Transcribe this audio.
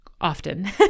often